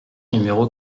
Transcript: numéro